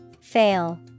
Fail